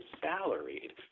salaried